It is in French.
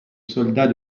soldats